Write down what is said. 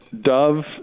dove